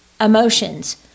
Emotions